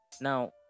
now